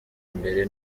mbere